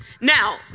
Now